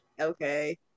okay